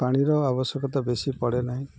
ପାଣିର ଆବଶ୍ୟକତା ବେଶି ପଡ଼େ ନାହିଁ